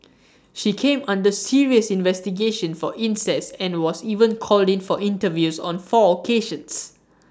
she came under serious investigation for incest and was even called in for interviews on four occasions